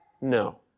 no